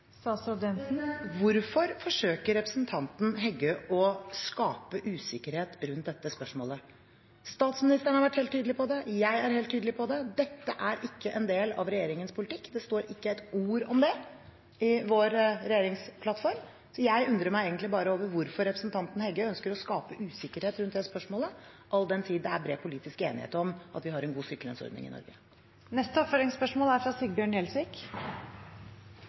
forsøker representanten Heggø å skape usikkerhet rundt dette spørsmålet? Statsministeren har vært helt tydelig på det, jeg er helt tydelig på det: Dette er ikke en del av regjeringens politikk. Det står ikke et ord om det i vår regjeringsplattform, så jeg undrer meg egentlig bare over hvorfor representanten Heggø ønsker å skape usikkerhet rundt det spørsmålet, all den tid det er bred politisk enighet om at vi har en god sykelønnsordning i Norge. Sigbjørn Gjelsvik – til oppfølgingsspørsmål. Jeg må si det er